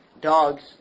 Dogs